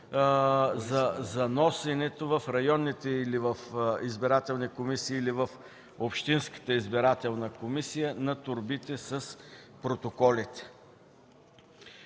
за носенето в районните избирателни комисии или в общинските избирателни комисии на торбите с протоколите.